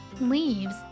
leaves